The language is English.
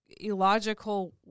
illogical